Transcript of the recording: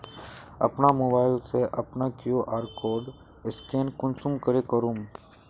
अपना मोबाईल से अपना कियु.आर कोड स्कैन कुंसम करे करूम?